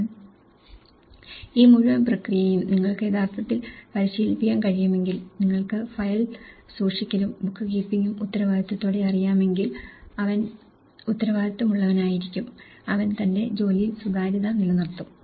എന്നാൽ ഈ മുഴുവൻ പ്രക്രിയയും നിങ്ങൾക്ക് യഥാർത്ഥത്തിൽ പരിശീലിപ്പിക്കാൻ കഴിയുമെങ്കിൽ നിങ്ങൾക്ക് ഫയൽ സൂക്ഷിക്കലും ബുക്ക് കീപ്പിംഗും ഉത്തരവാദിത്വത്തോടെ അറിയാമെങ്കിൽ അവൻ ഉത്തരവാദിത്തമുള്ളവനായിരിക്കും അവൻ തന്റെ ജോലിയിൽ സുതാര്യത നിലനിർത്തും